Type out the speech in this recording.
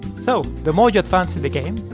so the more you advance in the game,